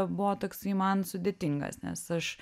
buvo toksai man sudėtingas nes aš